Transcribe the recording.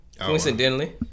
Coincidentally